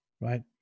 Right